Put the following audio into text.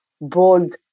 bold